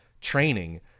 training